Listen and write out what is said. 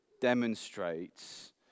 demonstrates